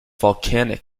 volcanic